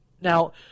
Now